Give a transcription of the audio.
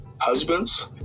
husbands